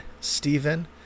Stephen